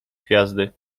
gwiazdy